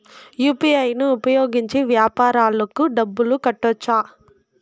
UPI ను ఉపయోగించి వ్యాపారాలకు డబ్బులు కట్టొచ్చా?